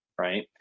right